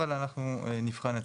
אבל אנחנו נבחן.